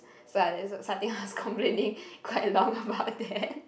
so so I think I was complaining quite long about that